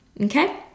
Okay